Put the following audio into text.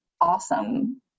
awesome